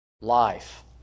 life